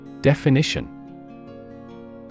Definition